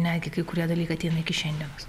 netgi kai kurie dalykai ateina iki šiandienos